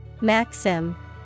Maxim